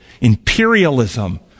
Imperialism